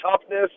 toughness